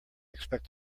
expect